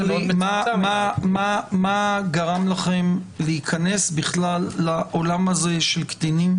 לי מה גרם לכם להיכנס לעולם הזה של קטינים?